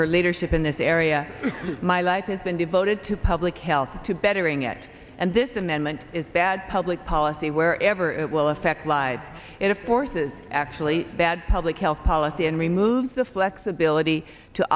her leadership in this area my life has been devoted to public health to bettering it and this amendment is bad public policy wherever it will affect lives in a forces actually bad public health policy and removes the flexibility to